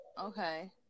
Okay